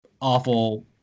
awful